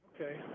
Okay